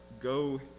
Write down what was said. go